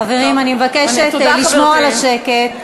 חברים, אני מבקשת לשמור על שקט.